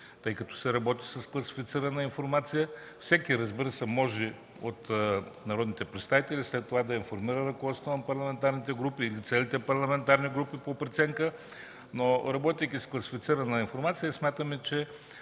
тъй като се работи с класифицирана информация. Разбира се всеки от народните представители след това може да информира ръководството на парламентарните групи или целите парламентарни групи по преценка. Но, работейки с класифицирана информация, смятаме, че